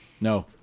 no